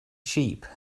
sheep